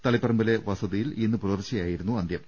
തളിപ്പറമ്പിലെ വസതിയിൽ ഇന്ന് പുലർച്ചയായിരുന്നു അന്ത്യം